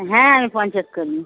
হ্যাঁ আমি পঞ্চায়েত কর্মী